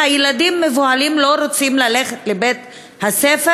הילדים המבוהלים לא רוצים ללכת לבית-הספר,